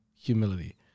humility